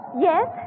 Yes